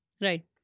Right